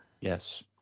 Yes